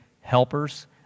helpers